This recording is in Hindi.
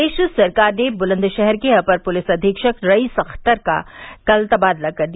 प्रदेश सरकार ने बुलंदशहर के अपर पुलिस अधीक्षक रईस अख्तर का कल तबादला कर दिया